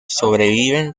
sobreviven